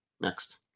Next